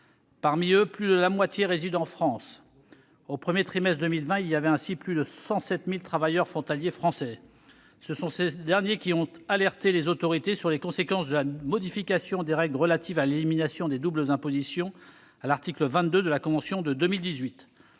Parmi eux, plus de la moitié résident en France. Au premier trimestre de cette année, il y avait plus de 107 000 travailleurs frontaliers français. Ce sont ces derniers qui ont alerté les autorités sur les conséquences de la modification des règles relatives à l'élimination des doubles impositions, à l'article 22 de la convention de 2018.